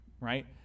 right